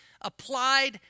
applied